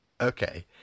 Okay